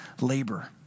labor